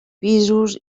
pisos